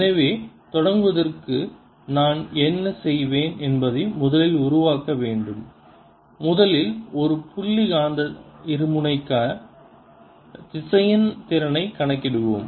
எனவே தொடங்குவதற்கு நான் என்ன செய்வேன் என்பதை முதலில் உருவாக்க வேண்டும் முதலில் ஒரு புள்ளி காந்த இருமுனைக்கான திசையன் திறனைக் கணக்கிடுவேன்